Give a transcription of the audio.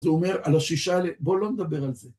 זה אומר על השישה האלה, בואו לא נדבר על זה.